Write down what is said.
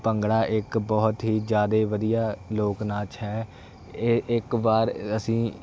ਭੰਗੜਾ ਇੱਕ ਬਹੁਤ ਹੀ ਜ਼ਿਆਦੇ ਵਧੀਆ ਲੋਕ ਨਾਚ ਹੈ ਇਹ ਇੱਕ ਵਾਰ ਅਸੀਂ